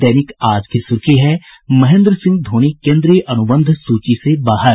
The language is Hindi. दैनिक आज की सुर्खी है महेंद्र सिंह धोनी केंद्रीय अनुबंध सूची से बाहर